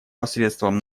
посредством